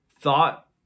thought